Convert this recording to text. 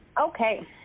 Okay